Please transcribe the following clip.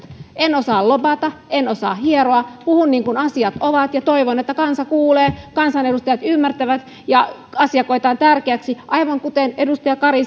en osaa lobata en osaa hieroa puhun niin kuin asiat ovat ja toivon että kansa kuulee kansanedustajat ymmärtävät ja asia koetaan tärkeäksi aivan kuten te edustaja kari